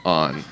on